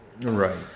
right